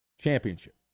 Championship